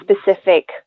specific